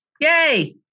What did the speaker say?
Yay